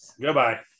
Goodbye